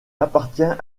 appartient